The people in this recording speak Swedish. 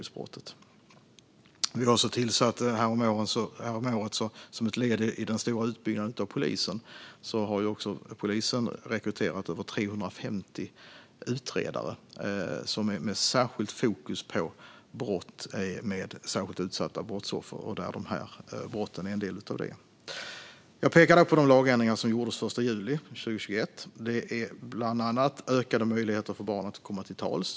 Som ett led i den stora utbyggnaden av polisen har polisen också rekryterat över 350 utredare med särskilt fokus på brott med särskilt utsatta brottsoffer. Dessa brott är en del av det. Jag pekade på de lagändringar som gjordes den 1 juli 2021. Det är bland annat ökade möjligheter för barn att komma till tals.